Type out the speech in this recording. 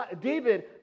David